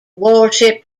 warship